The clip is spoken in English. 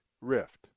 rift